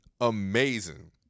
amazing